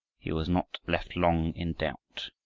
he was not left long in doubt.